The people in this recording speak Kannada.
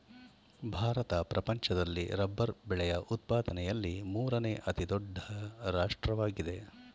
ಭಾರತ ಪ್ರಪಂಚದಲ್ಲಿ ರಬ್ಬರ್ ಬೆಳೆಯ ಉತ್ಪಾದನೆಯಲ್ಲಿ ಮೂರನೇ ಅತಿ ದೊಡ್ಡ ರಾಷ್ಟ್ರವಾಗಿದೆ